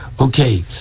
Okay